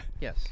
Yes